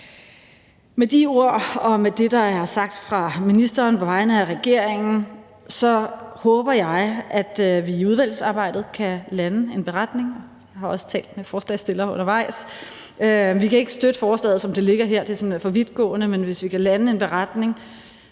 Med de ord og med det, der er sagt fra ministeren på vegne af regeringen, håber jeg, at vi i udvalgsarbejdet kan lande en beretning. Jeg har også talt med ordføreren for forslagsstillerne undervejs om det. Vi kan ikke støtte forslaget, som det ligger her – det er simpelt hen for vidtgående – men hvis vi kan lande en beretning,